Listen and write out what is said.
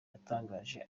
yatangaje